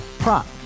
Prop